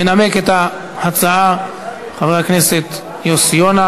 מנמק את ההצעה חבר הכנסת יוסי יונה,